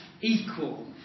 equal